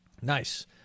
nice